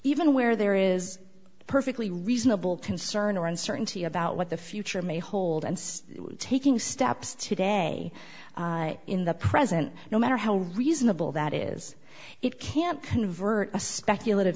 even where there is a perfectly reasonable concern or uncertainty about what the future may hold and taking steps today in the present no matter how reasonable that is it can't convert a speculative